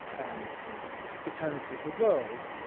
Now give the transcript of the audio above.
and the eternity of the world,